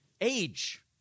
age